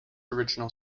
original